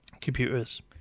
computers